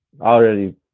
already